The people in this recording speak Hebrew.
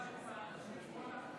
בבקשה: 69 בעד,